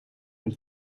met